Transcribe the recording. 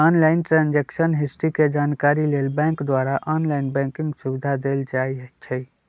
online transaction history के जानकारी लेल बैंक द्वारा ऑनलाइन बैंकिंग सुविधा देल जाइ छइ